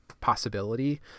possibility